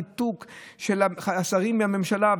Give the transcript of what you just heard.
ודיבר על הניתוק של השרים מהממשלה.